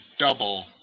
double